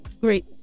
great